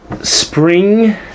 spring